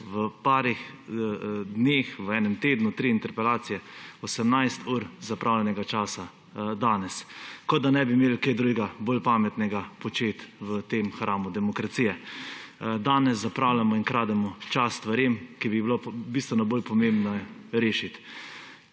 V nekaj dneh, v enem tednu tri interpelacije, 18 ur zapravljenega časa danes, kot da ne bi imeli kaj drugega bolj pametnega početi v tem hramu demokracije. Danes zapravljamo in krademo čas stvarem, ki bi jih bilo bistveno bolj pomembno rešiti.